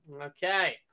okay